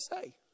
say